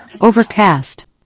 overcast